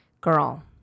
girl